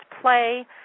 play